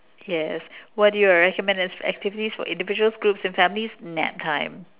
yes what are your recommended activities for individuals groups and families nap time